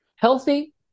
Healthy